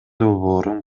долбоорун